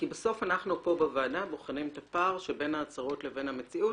כי בסוף אנחנו פה בוועדה בוחנים את הפער בין ההצהרות לבין המציאות.